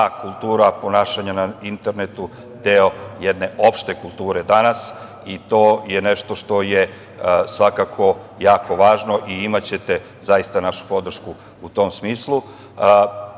kultura ponašanja na internetu deo jedne opšte kulture danas i to je nešto što je svakako jako važno i imaćete našu podršku u tom smislu